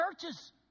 churches